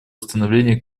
установление